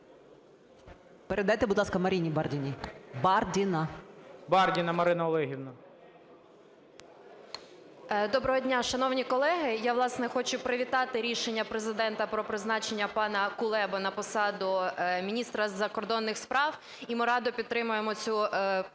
Передайте, будь ласка, Марині Бардіній. Бардіна. ГОЛОВУЮЧИЙ. Бардіна Марина Олегівна. 19:48:52 БАРДІНА М.О. Доброго дня, шановні колеги! Я, власне, хочу привітати рішення Президента про призначення пана Кулеби на посаду міністра закордонних справ. І ми радо підтримаємо цю посаду,